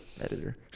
editor